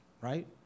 right